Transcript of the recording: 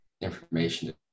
information